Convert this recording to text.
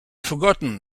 forgotten